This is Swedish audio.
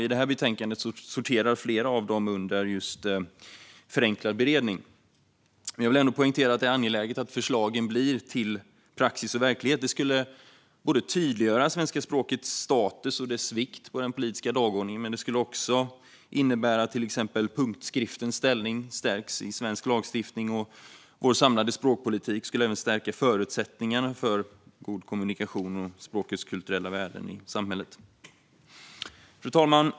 I det här betänkandet sorterar flera av dem under förenklad beredning, men jag vill ändå poängtera att det är angeläget att förslagen blir till verklighet och praxis. Det skulle tydliggöra svenska språkets status och dess vikt på den politiska dagordningen men också innebära att till exempel punktskriftens ställning stärks i svensk lagstiftning. Vår samlade språkpolitik skulle även stärka förutsättningarna för god kommunikation och språkets kulturella värden i samhället. Fru talman!